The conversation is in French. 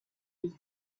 lui